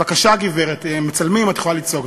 בבקשה, גברת, מצלמים, את יכולה לצעוק.